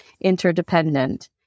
interdependent